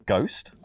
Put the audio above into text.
Ghost